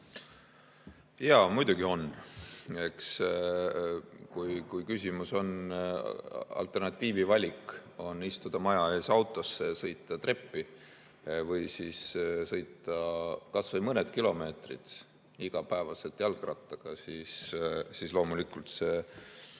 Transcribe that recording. Jaa, muidugi on. Kui küsimus on valikus, kas istuda maja ees autosse ja sõita treppi või siis sõita kas või mõned kilomeetrid iga päev jalgrattaga, siis loomulikult